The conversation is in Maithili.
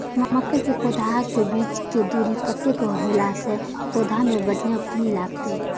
मके के पौधा के बीच के दूरी कतेक होला से पौधा में बढ़िया फली लगते?